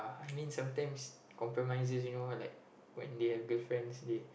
I mean sometimes compromise like you know what like when they have girlfriends they